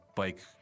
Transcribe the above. bike